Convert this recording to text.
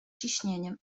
ciśnieniem